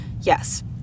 yes